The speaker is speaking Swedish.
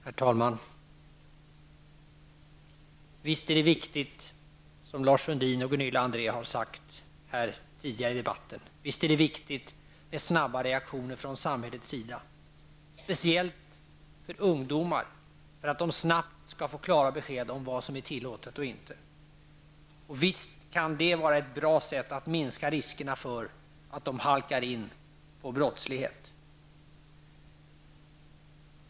Herr talman! Visst är det viktigt, som Lars Sundin och Gunilla André har sagt tidigare här i debatten med snabba reaktioner från samhällets sida. Det är speciellt angeläget för ungdomar, för att de snabbt skall få klara besked om vad som är tillåtet och inte. Visst kan det vara ett bra sätt att minska riskerna för att de halkar in i brottslighet.